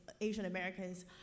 Asian-Americans